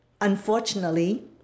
unfortunately